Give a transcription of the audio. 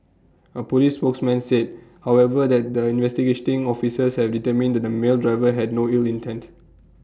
A Police spokesman said however that the investigating officers have determined that the male driver had no ill intent